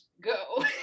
go